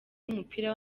w’umupira